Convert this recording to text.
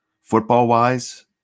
football-wise